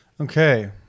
Okay